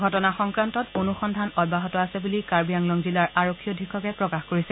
ঘটনা সংক্ৰান্তত অনুসন্ধান অব্যাহত আছে বুলি কাৰ্বি আংলং জিলাৰ আৰক্ষী অধীক্ষকে প্ৰকাশ কৰিছে